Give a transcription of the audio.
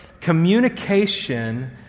Communication